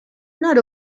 not